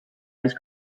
ice